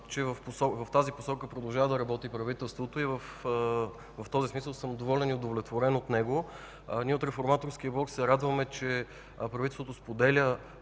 че правителството продължава да работи в тази посока и в този смисъл съм доволен и удовлетворен от него. Ние от Реформаторския блок се радваме, че правителството споделя